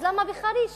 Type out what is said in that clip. אז למה בחריש